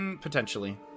Potentially